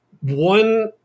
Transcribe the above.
One